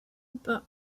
but